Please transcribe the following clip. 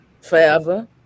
forever